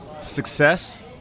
success